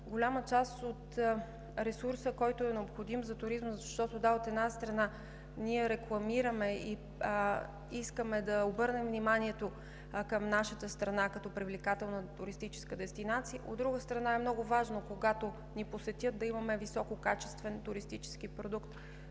Голяма част от ресурса, необходим за туризма, защото – да, от една страна, ние рекламираме и искаме да обърнем вниманието към нашата страна като привлекателна туристическа дестинация, но, от друга страна, е много важно, когато ни посетят, да имаме висококачествен туристически продукт.